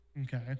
Okay